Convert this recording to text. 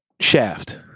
Shaft